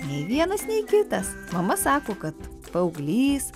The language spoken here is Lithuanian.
nei vienas nei kitas mama sako kad paauglys